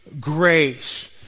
grace